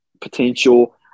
potential